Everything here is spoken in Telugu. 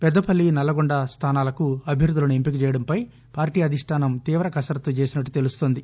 పెద్దపల్లి నల్గొండ స్థానాలకు అభ్యర్థలను ఎంపిక చేయడంపై పార్లీ అధిష్టానం తీవ కసరత్తు చేసినట్లు తెలుస్తోంది